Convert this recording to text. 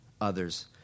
others